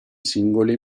singole